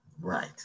Right